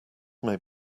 may